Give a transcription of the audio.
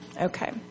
Okay